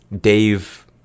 Dave